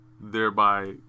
thereby